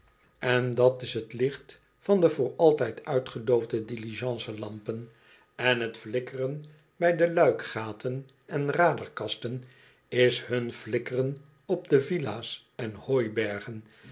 en dat is t licht van de voor altoos uitgedoofde diligence lampen en t flikkeren bij de luikgaten en raderkasten is h u n flikkeren op de villa's en hooibergen